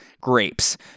grapes